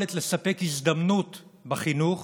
היכולת לספק הזדמנות בחינוך